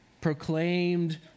proclaimed